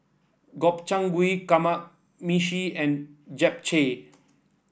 Gobchang Gui Kamameshi and Japchae